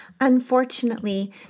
Unfortunately